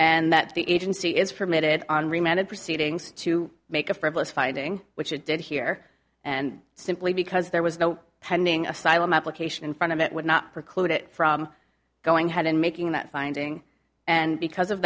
and that the agency is permitted on remand and proceedings to make a frivolous finding which it did here and simply because there was no pending asylum application in front of it would not preclude it from going ahead and making that finding and because of